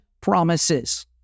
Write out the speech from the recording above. promises